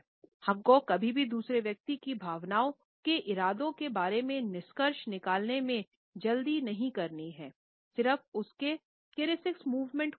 हम को कभी भी दूसरे व्यक्ति की भावनाओं के इरादों के बारे में निष्कर्ष निकालने में जल्दी नहीं करनी हैं सिर्फ उसके काइनेटिक्स आंदोलन को देखकर